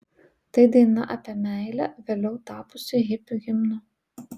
tai daina apie meilę vėliau tapusi hipių himnu